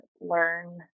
learn